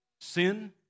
sin